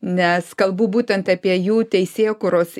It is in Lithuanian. nes kalbu būtent apie jų teisėkūros